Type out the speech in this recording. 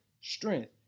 strength